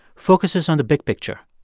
focuses on the big picture.